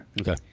Okay